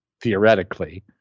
theoretically